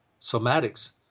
somatics